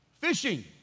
fishing